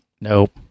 Nope